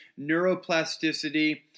neuroplasticity